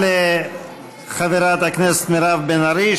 תודה לחברת הכנסת מירב בן ארי,